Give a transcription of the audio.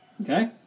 Okay